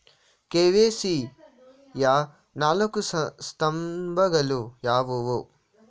KYC ಯ ನಾಲ್ಕು ಸ್ತಂಭಗಳು ಯಾವುವು?